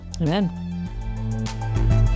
Amen